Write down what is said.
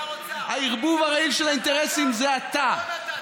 הערבוב הרעיל של האינטרסים זה אתה.